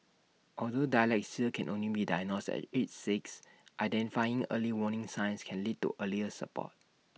although dyslexia can only be diagnosed at age six identifying early warning signs can lead to earlier support